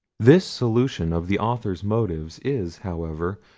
this solution of the author's motives is, however,